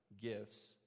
gifts